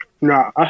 Nah